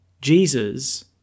Jesus